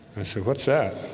i said what's that?